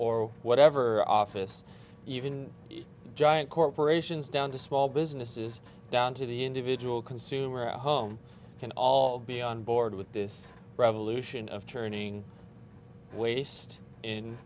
or whatever office even giant corporations down to small businesses down to the individual consumer at home can all be onboard with this revolution of turning waste in